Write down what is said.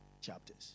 chapters